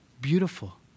beautiful